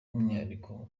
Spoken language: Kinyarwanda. umwihariko